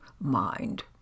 mind